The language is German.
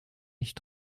nicht